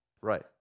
right